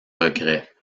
regrets